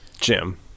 Jim